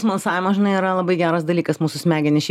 smalsavimas žinai yra labai geras dalykas mūsų smegenys šiaip